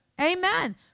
Amen